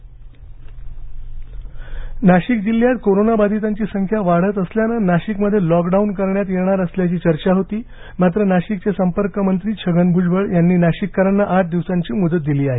नाशिक डुशारा नाशिक जिल्ह्यात कोरोनाबधितांची संख्या वाढत असल्यानं नाशिकमध्ये लॉक डाऊन करण्यात येणार असल्याची चर्चा होती मात्र नाशिकचे संपर्क मंत्री छगन भूजबळ यांनी नाशिककरांना आठ दिवसांची मुदत दिली आहे